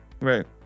right